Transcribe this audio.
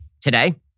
today